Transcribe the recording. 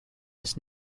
this